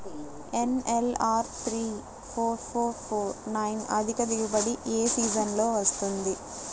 NLR three four four four nine అధిక దిగుబడి ఏ సీజన్లలో వస్తుంది?